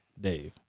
Dave